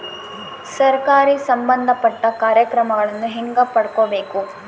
ಸರಕಾರಿ ಸಂಬಂಧಪಟ್ಟ ಕಾರ್ಯಕ್ರಮಗಳನ್ನು ಹೆಂಗ ಪಡ್ಕೊಬೇಕು?